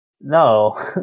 No